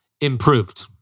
improved